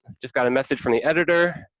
just got a message from the editor.